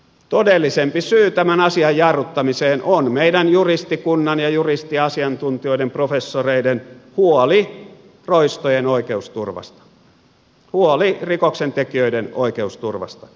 todellisempi syy tämän asian jarruttamiseen on meidän juristikunnan ja juristiasiantuntijoiden professoreiden huoli roistojen oikeusturvasta huoli rikoksentekijöiden oikeusturvasta